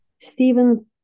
Stephen